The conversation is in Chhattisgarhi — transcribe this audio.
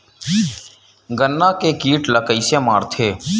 गन्ना के कीट ला कइसे मारथे?